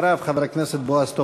אחריו, חבר הכנסת בועז טופורובסקי.